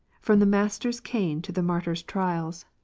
from the master's cane to the martyr's trials,